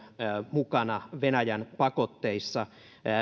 mukana venäjä pakotteissa